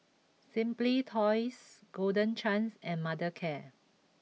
Simply Toys Golden Chance and Mothercare